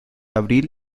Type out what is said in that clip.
abril